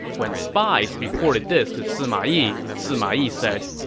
when spies reported this to sima yi, sima yi said,